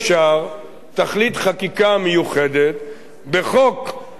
תכלית חקיקה מיוחדת בחוק להסדרת